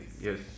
Yes